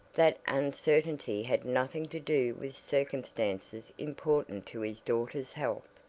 that uncertainty had nothing to do with circumstances important to his daughter's health,